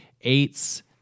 Eights